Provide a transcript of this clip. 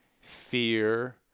fear